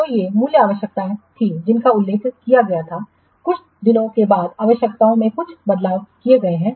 तो ये मूल आवश्यकताएं थीं जिनका उल्लेख किया गया था कुछ दिनों के बाद आवश्यकताओं में कुछ बदलाव किए गए हैं